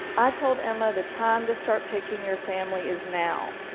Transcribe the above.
i told emma the time to start picking your family is now.